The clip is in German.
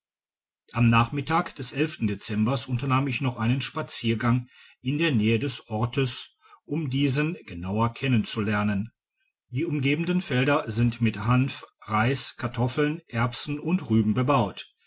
am nachmittag des n dezembers unternahm ich noch einen spaziergang in der nähe des ortes um diesen genauer kennen zu lernen die umgebenden felder sind mit hanf reis kartoffeln erbsen und rüben bebaut